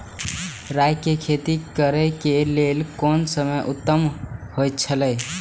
राय के खेती करे के लेल कोन समय उत्तम हुए छला?